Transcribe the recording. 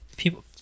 People